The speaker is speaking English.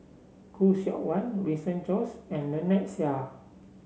Khoo Seok Wan Winston Choos and Lynnette Seah